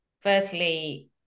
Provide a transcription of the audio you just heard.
firstly